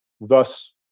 thus